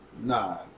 Nah